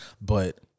but-